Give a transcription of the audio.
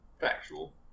Factual